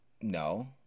no